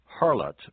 harlot